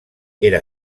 era